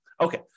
Okay